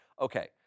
Okay